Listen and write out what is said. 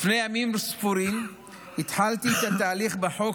לפני ימים ספורים התחלתי את התהליך בחוק,